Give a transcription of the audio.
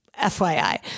FYI